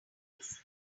lives